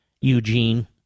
Eugene